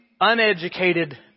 uneducated